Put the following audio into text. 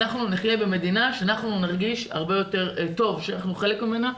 אנחנו נחיה במדינה שנרגיש הרבה יותר טוב שאנחנו חלק ממנה.